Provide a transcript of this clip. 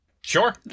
Sure